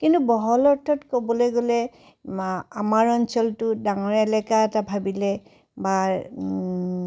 কিন্তু বহল অৰ্থত ক'বলৈ গ'লে আমাৰ অঞ্চলটো ডাঙৰ এলেকা এটা ভাবিলে বা